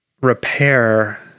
repair